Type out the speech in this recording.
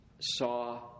Saw